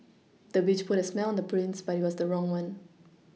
the witch put a spell on the prince but it was the wrong one